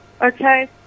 okay